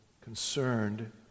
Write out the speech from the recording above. concerned